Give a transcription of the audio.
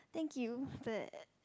thank you but